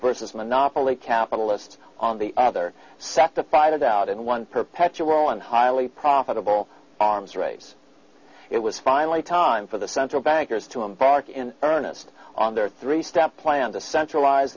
versus monopoly capitalist on the other set to fight it out in one perpetual and highly profitable arms race it was finally time for the central bankers to embark in earnest on their three step plan to centralize